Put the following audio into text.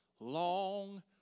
long